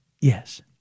Yes